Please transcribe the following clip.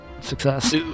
success